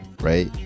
right